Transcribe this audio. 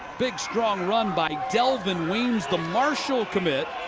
big, strong run by dell vin weans, the marshal commit,